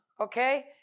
Okay